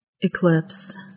Eclipse